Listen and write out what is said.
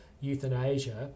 euthanasia